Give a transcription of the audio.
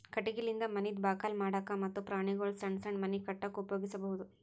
ಕಟಗಿಲಿಂದ ಮನಿದ್ ಬಾಕಲ್ ಮಾಡಕ್ಕ ಮತ್ತ್ ಪ್ರಾಣಿಗೊಳ್ದು ಸಣ್ಣ್ ಸಣ್ಣ್ ಮನಿ ಕಟ್ಟಕ್ಕ್ ಉಪಯೋಗಿಸಬಹುದು